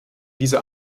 dieser